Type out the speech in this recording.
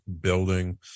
building